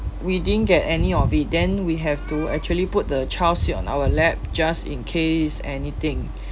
we didn't get any of it then we have to actually put the child sit on our lap just in case anything